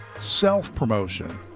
self-promotion